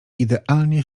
idealnie